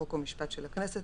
חוקו משפט של הכנסת,